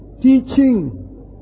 Teaching